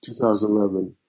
2011